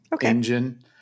engine